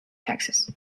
texas